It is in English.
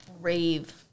rave